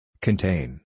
Contain